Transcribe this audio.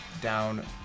down